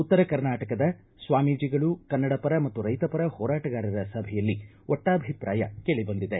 ಉತ್ತರ ಕರ್ನಾಟಕದ ಸ್ವಾಮೀಜಿಗಳು ಕನ್ನಡಪರ ಮತ್ತು ರೈತಪರ ಹೋರಾಟಗಾರರ ಸಭೆಯಲ್ಲಿ ಒಟ್ಟಾಭಿಪ್ರಾಯ ಕೇಳಿಬಂದಿದೆ